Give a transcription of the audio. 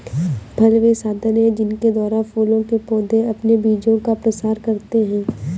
फल वे साधन हैं जिनके द्वारा फूलों के पौधे अपने बीजों का प्रसार करते हैं